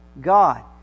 God